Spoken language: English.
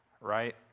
right